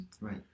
right